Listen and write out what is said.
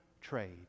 trade